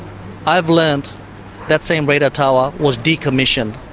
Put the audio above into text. i've learnt that same radar tower was decommissioned.